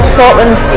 Scotland